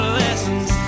lessons